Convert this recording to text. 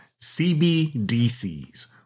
CBDCs